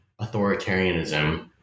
authoritarianism